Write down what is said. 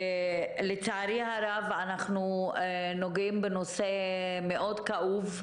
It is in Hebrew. לצערי הרב, אנחנו נוגעים בנושא מאוד כאוב,